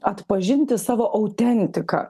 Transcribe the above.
atpažinti savo autentiką